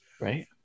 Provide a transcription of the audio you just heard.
Right